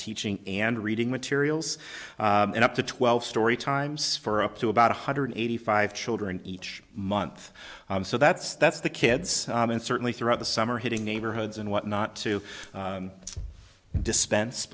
teaching and reading materials and up to twelve story times for up to about one hundred eighty five children each month so that's that's the kids and certainly throughout the summer hitting neighborhoods and what not to dispense